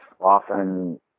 often